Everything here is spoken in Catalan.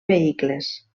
vehicles